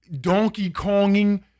donkey-konging